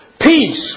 peace